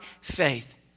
faith